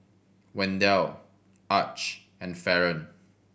Wendell Arch and Faron